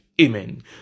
Amen